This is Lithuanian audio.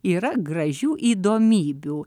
yra gražių įdomybių